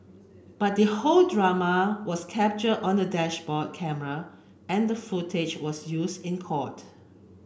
but the whole drama was capture on a dashboard camera and the footage was use in court